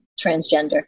transgender